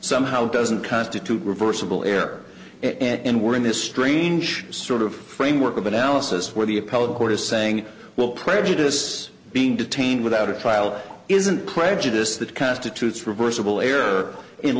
somehow doesn't constitute reversible error it and we're in this strange sort of framework of analysis where the appellate court is saying well prejudice being detained without a trial isn't prejudice that constitutes reversible error in